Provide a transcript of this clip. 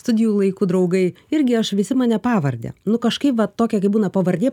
studijų laikų draugai irgi aš visi mane pavarde nu kažkaip va tokia gi būna pavardė